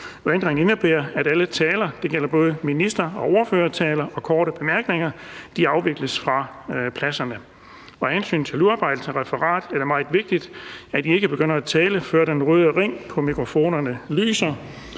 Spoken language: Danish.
korte bemærkninger – afvikles fra pladserne. Af hensyn til udarbejdelsen af referatet er det meget vigtigt, at I ikke begynder at tale, før den røde ring på mikrofonen lyser.